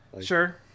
Sure